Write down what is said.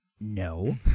No